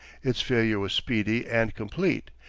its failure was speedy and complete,